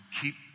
keep